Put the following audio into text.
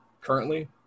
currently